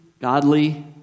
godly